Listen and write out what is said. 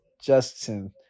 Justin